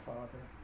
Father